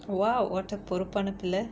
!wow! what a பொறுப்பான பிள்ள:poruppaana pilla